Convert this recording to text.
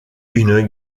une